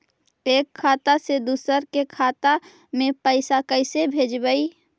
एक खाता से दुसर के खाता में पैसा कैसे भेजबइ?